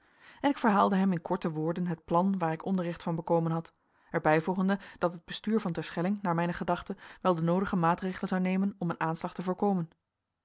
en ik verhaalde hem in korte woorden het plan waar ik onderricht van bekomen had er bijvoegende dat het bestuur van terschelling naar mijne gedachten wel de noodige maatregelen zou nemen om een aanslag te voorkomen